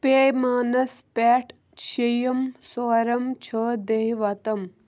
پیمانَس پٮ۪ٹھ شیٚیِم سورم چھُ دیٚہہِ وَتم